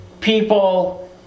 people